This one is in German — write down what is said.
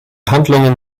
handlungen